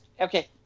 Okay